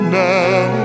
now